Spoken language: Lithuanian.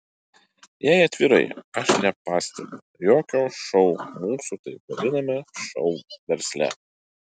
jei atvirai aš nepastebiu jokio šou mūsų taip vadinamame šou versle